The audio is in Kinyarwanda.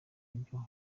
ibyo